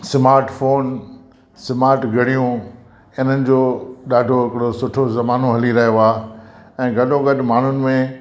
smart phone smart घड़ियूं हिननि जो ॾाढो हिकिड़ो सुठो ज़मानो हली रहियो आहे ऐं गॾो गॾु माण्हुनि में